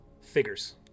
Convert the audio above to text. figures